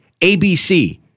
ABC